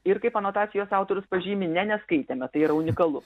ir kaip anotacijos autorius pažymi ne neskaitėme tai yra unikalu